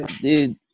Dude